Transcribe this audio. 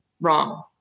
wrong